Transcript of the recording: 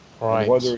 Right